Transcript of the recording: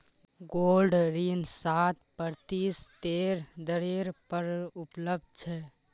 gold ऋण सात प्रतिशतेर दरेर पर उपलब्ध छ